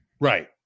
right